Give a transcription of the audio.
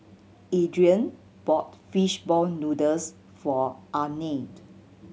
Adrain bought fish ball noodles for Ardeth